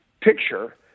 picture